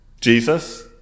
Jesus